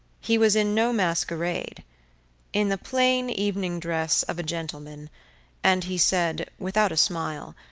he was in no masquerade in the plain evening dress of a gentleman and he said, without a smile,